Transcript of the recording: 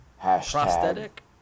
prosthetic